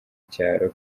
cyaro